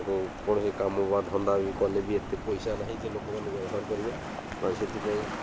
ତାଙ୍କୁ କୌଣସି କାମ ବା ଧନ୍ଦା ବି କଲେ ବି ଏତେ ପଇସା ନାହିଁ ଯେ ଲୋକମାନେ ବ୍ୟବହାର କରିବେ ଆଉ ସେଥିପାଇଁ